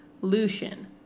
Lucian